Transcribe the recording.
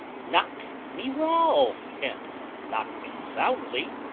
knock me well, and knock me soundly'?